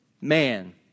man